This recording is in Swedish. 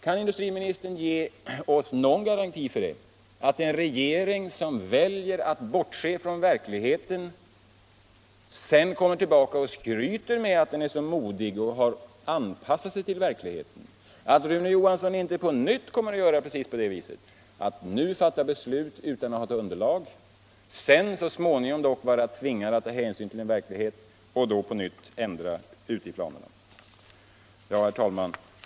Kan industriministern ge någon garanti för att det inte blir på samma sätt som förut — att vi nu fattar ett beslut utan att ha ett underlag och att regeringen så småningom tvingas ta hänsyn till verkligheten och då på nytt föreslå ändringar i planerna? Regeringen vill ju bortse från verkligheten och sedan komma tillbaka och skryta med att den är så modig och har anpassat sig till verkligheten. Herr talman!